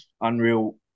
unreal